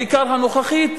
בעיקר הנוכחית,